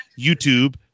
YouTube